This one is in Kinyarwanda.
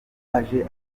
aje